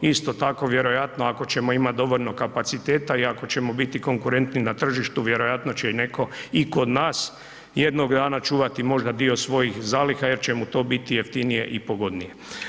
Isto tako, vjerojatno ako ćemo imat dovoljno kapaciteta i ako ćemo biti konkurentni na tržištu, vjerojatno će netko i kod nas jednog dana čuvati možda dio svojih zaliha jer će mu to biti jeftinije i pogodnije.